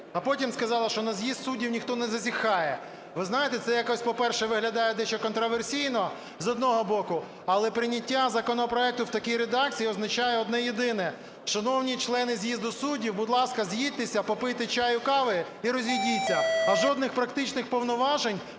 А потім сказала, що на з'їзд суддів ніхто не зазіхає. Ви знаєте, це якось, по-перше, виглядає дещо контраверсійно, з одного боку. Але прийняття законопроекту в такій редакції означає одне-єдине: шановні члени з'їзду суддів, будь ласка, з'їдьтеся, попийте чаю, кави, і розійдіться, а жодних практичних повноважень